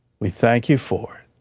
we thank you for